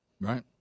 Right